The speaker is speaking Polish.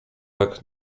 jak